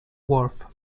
wharf